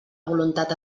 voluntat